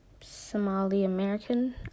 Somali-American